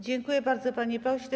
Dziękuję bardzo, panie pośle.